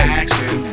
action